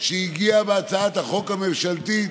שהגיע בהצעת החוק הממשלתית,